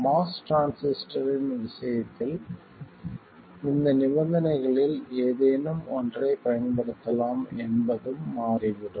MOS டிரான்சிஸ்டரின் விஷயத்தில் இந்த நிபந்தனைகளில் ஏதேனும் ஒன்றைப் பயன்படுத்தலாம் என்பதும் மாறிவிடும்